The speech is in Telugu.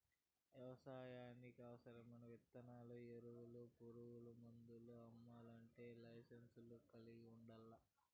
వ్యవసాయానికి అవసరమైన ఇత్తనాలు, ఎరువులు, పురుగు మందులు అమ్మల్లంటే లైసెన్సును కలిగి ఉండల్లా